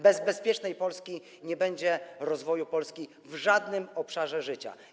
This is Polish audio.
Bez bezpiecznej Polski nie będzie rozwoju Polski w żadnym obszarze życia.